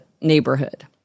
neighborhood